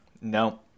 No